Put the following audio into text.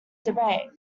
debate